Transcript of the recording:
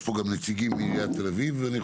ואני חושב שיש פה גם נציגים מעיריית תל-אביב ומנתניה,